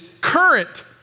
current